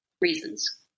reasons